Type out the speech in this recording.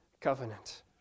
covenant